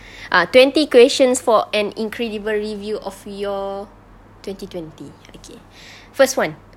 ah twenty questions for an incredible review of your twenty twenty okay first one